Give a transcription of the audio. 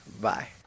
Bye